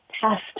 test